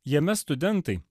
jame studentai